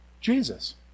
Jesus